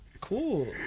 Cool